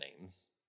names